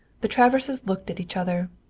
the traverses looked at each other.